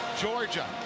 Georgia